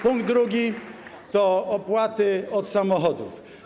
Punkt drugi to opłaty od samochodów.